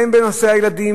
בין בנושא הילדים,